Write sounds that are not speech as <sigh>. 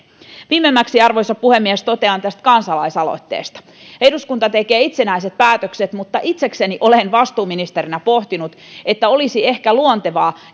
viimeimmäksi arvoisa puhemies totean tästä kansalaisaloitteesta eduskunta tekee itsenäiset päätökset mutta itsekseni olen vastuuministerinä pohtinut että olisi ehkä luontevaa <unintelligible>